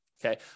Okay